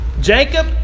Jacob